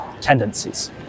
tendencies